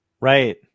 Right